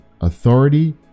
authority